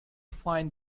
find